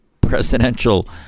presidential